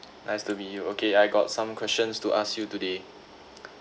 nice to meet you okay I got some questions to ask you today